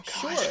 Sure